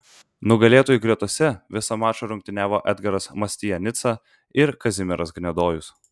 nugalėtojų gretose visą mačą rungtyniavo edgaras mastianica ir kazimieras gnedojus